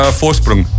voorsprong